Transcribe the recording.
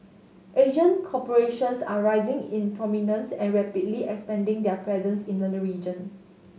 Asian corporations are rising in prominence and rapidly expanding their presence in the region